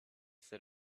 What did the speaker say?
sit